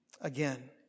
again